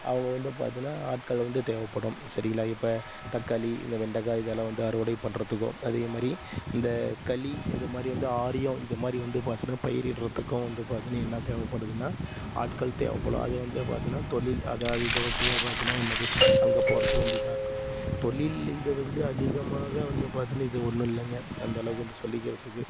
அவங்க வந்து பார்த்தீன்னா ஆட்கள் வந்து தேவைப்படும் சரிங்களா இப்போ தக்காளி இந்த வெண்டக்காய் இதெல்லாம் வந்து அறுவடை பண்ணுறதுக்கும் அதே மாதிரி இந்தக் களி இது மாதிரி வந்து ஆரியம் இது மாதிரி வந்து பார்த்தீன்னா பயிரிடுதுக்கும் வந்து பார்த்தீன்னா என்ன தேவப்படுதுன்னால் ஆட்கள் தேவைப்படும் அது வந்து பாத்தீன்னா தொழில் அதாவது இது வந்து பார்த்தீன்னா என்னது அங்கே போகிறதுக்கும் வந்து இதாக இருக்கும் தொழில் இது வந்து அதிகமாக வந்து பார்த்தீன்னா இது ஒன்றும் இல்லைங்க அந்தளவுக்கு வந்து சொல்லிக்கிறதுக்கு